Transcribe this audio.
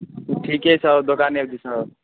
ठीके छै आउ दोकाने दिस आउ